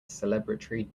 celebratory